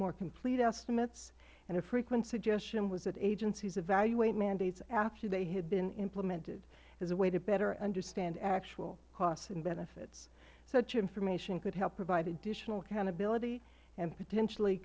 more complete estimates and a frequent suggestion was that agencies evaluate mandates after they had been implemented as a way to better understand actual costs and benefits such information could help provide additional accountability and potentially